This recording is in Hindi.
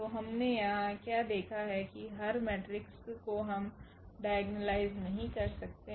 तो हमने यहाँ क्या देखा है कि हर मेट्रिक्स को हम डाइगोनलाइज नहीं कर सकते हैं